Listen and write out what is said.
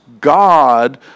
God